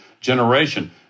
generation